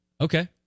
Okay